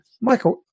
Michael